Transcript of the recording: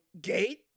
gate